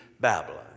Babylon